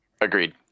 Agreed